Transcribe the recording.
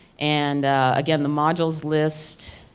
and again the modules list,